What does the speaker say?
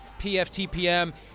PFTPM